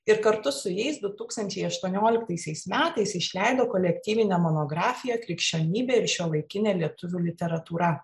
ir kartu su jais du tūkstančiai aštuonioliktaisiais metais išleido kolektyvinę monografiją krikščionybė ir šiuolaikinė lietuvių literatūra